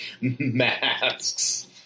masks